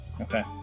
Okay